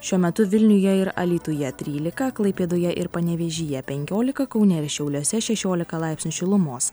šiuo metu vilniuje ir alytuje trylika klaipėdoje ir panevėžyje penkiolika kaune šiauliuose šešiolika laipsnių šilumos